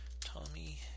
Tommy